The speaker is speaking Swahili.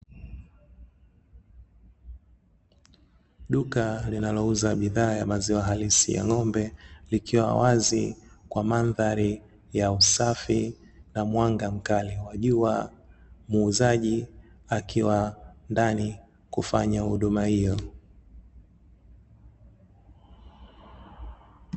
Duka linalouza bidhaa ya maziwa halisi ya ng'ombe, likiwa wazi kwa mandhari ya usafi na mwanga mkali wa jua, muuzaji akiwa ndani kufanya huduma hiyo.